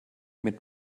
mit